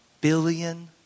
billion